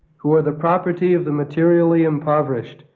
who are the property of the materially impoverished.